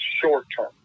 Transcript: short-term